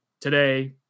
today